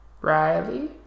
Riley